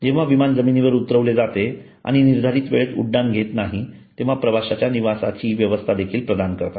जेव्हा विमान जमिनीवर उतरवले जाते किंवा निर्धारित वेळेत उड्डाण घेत नाही तेव्हा प्रवाश्यांच्या निवासाची व्यवस्था देखील प्रदान करतात